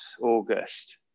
August